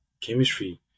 chemistry